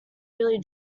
really